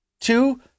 Two